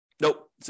Nope